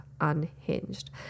unhinged